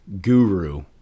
guru